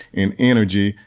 and energy,